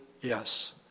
Yes